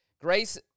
Grace